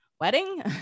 wedding